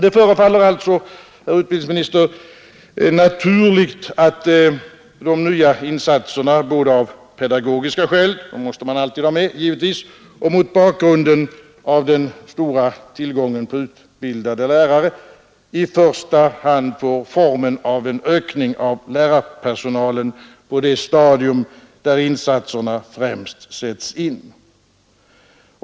Det förefaller alltså naturligt, både av pedagogiska skäl — dem måste man givetvis alltid ha med i bilden — och mot bakgrund av den stora tillgången på utbildade lärare, att de nya insatserna i första hand får formen av en ökning av lärarpersonalen på det stadium där insatserna främst sätts in.